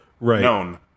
known